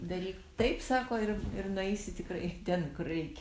daryk taip sako ir ir nueisi tikrai ten kur reikia